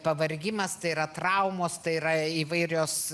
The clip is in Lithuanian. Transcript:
pavargimas tai yra traumos tai yra įvairios